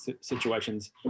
situations